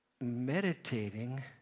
meditating